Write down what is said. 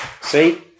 See